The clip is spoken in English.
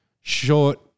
short